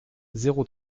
zéro